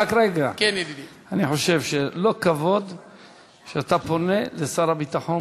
אני חושב שלא מכובד שאתה פונה לשר הביטחון